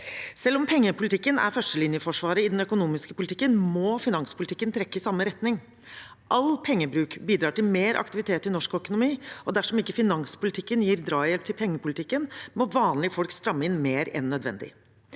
Selv om pengepolitikken er førstelinjeforsvaret i den økonomiske politikken, må finanspolitikken trekke i samme retning. All pengebruk bidrar til mer aktivitet i norsk økonomi, og dersom ikke finanspolitikken gir drahjelp til pengepolitikken, må vanlige folk stramme inn mer enn nødvendig.